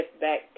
back